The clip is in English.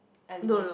elements